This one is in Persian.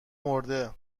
مرده